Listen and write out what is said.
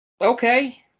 Okay